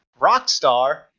Rockstar